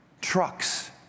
Trucks